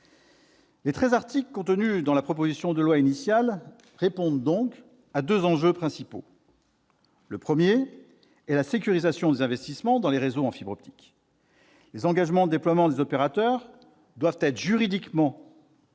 Les treize articles constituant la proposition de loi initiale répondent donc à deux enjeux principaux. Le premier est la sécurisation des investissements dans les réseaux en fibre optique. Les engagements de déploiement des opérateurs doivent être juridiquement